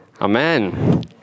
amen